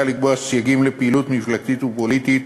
לקבוע סייגים לפעילות מפלגתית ופוליטית